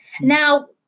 Now